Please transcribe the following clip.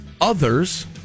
others